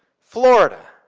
florida,